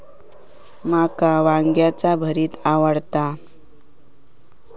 माका वांग्याचे भरीत आवडता